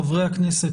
חברי הכנסת,